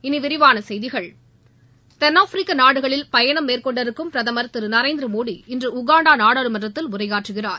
இனி விரிவான செய்திகள் தென்ஆப்பிரிக்க நாடுகளில் பயணம் மேற்கொண்டிருக்கும் பிரதமர் திரு நரேந்திரடி மோடி இன்று உகாண்டா நாடாளுமன்றத்தில் உரையாற்றுகிறார்